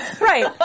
Right